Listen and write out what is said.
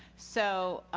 so,